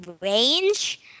range